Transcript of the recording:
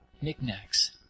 knickknacks